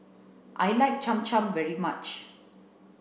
I like Cham Cham very much